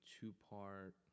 two-part